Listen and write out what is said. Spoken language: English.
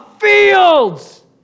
fields